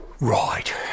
Right